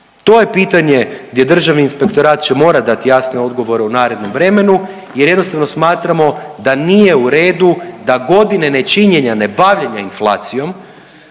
To je pitanje gdje Državni inspektorat će morat dati jasne odgovore u narednom vremenu jer jednostavno smatramo da nije u redu da godine nečinjenja, nebavljenja inflacijom,